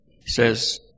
says